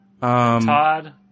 Todd